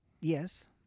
Yes